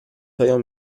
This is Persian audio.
پیام